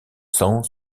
cent